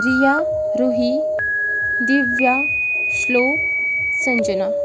Riya Ruhi Divya Shlok Sanjana